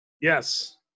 Yes